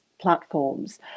platforms